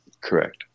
Correct